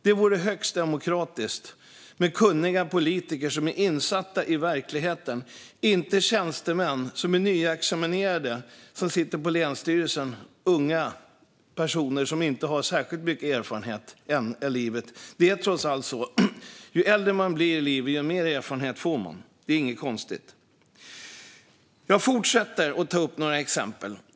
Det vore högst demokratiskt, med kunniga politiker som är insatta i verkligheten och inte unga tjänstemän på länsstyrelsen som är nyexaminerade och inte har särskilt mycket erfarenhet av livet. Det är trots allt så att ju äldre man blir, desto mer erfarenhet får man. Det är inget konstigt. Jag fortsätter med några exempel.